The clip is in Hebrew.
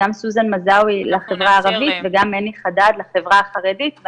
גם סוזן מזאוי לחברה הערבית וגם מני חדד לחברה החרדית,